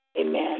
Amen